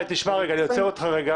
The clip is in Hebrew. אני עוצר אותך רגע